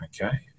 okay